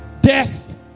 death